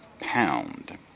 pound